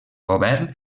govern